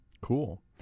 cool